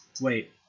Wait